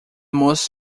most